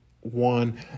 one